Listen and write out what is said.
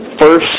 first